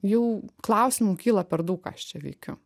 jau klausimų kyla per daug ką aš čia veikiu